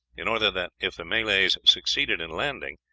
in order that, if the malays succeeded in landing,